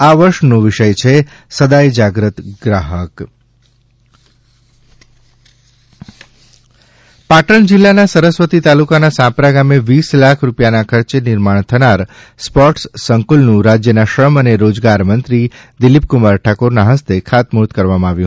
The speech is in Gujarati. આ વર્ષનો વિષય છે સદાય સજાગ ગ્રાહક પાટણ સ્પોર્ટસ સંકુલ પાટણ જિલ્લાના સરસ્વતી તાલુકાના સાંપ્રા ગામે વીસ લાખ રૂપિયાના ખર્ચે નિર્માણ થનાર સ્પોર્ટસ સંકુલનું રાજ્યના શ્રમ અને રોજગાર મંત્રી દિલીપકુમાર ઠાકોરના ફસ્તે ખાતમુહૂર્ત કરવામાં આવ્યું